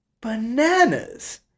bananas